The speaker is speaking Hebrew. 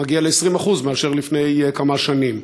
מגיע ל-20% מאשר לפני כמה שנים,